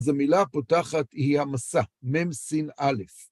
זו מילה פותחת, היא המשא, מם, שין, אלף.